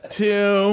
two